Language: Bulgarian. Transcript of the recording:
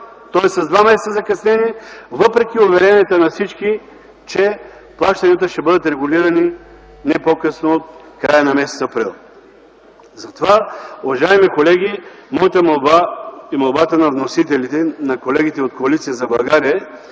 тоест с два месеца закъснение, въпреки уверенията на всички, че плащанията ще бъдат регулирани не по-късно от края на м. април. Уважаеми колеги, затова молбата ми и молбата на вносителите – колегите от Коалиция за България,